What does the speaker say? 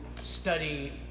study